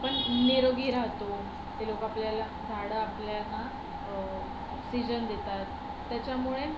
आपण निरोगी राहतो ते लोकं आपल्याला झाडं आपल्याना ऑक्सिजन देतात त्याच्यामुळे